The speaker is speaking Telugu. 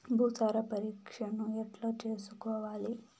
భూసార పరీక్షను ఎట్లా చేసుకోవాలి?